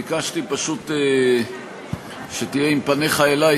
ביקשתי פשוט שתהיה עם פניך אלי,